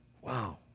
Wow